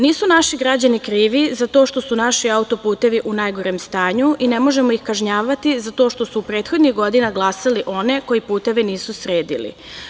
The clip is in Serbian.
Nisu naši građani krivi za to što su naši auto-putevi u najgorem stanju i ne možemo ih kažnjavati za to što su prethodnih godina glasali za one koji puteve nisu sredili.